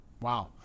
wow